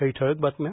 काही ठळक बातम्या